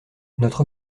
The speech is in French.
notre